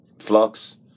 flux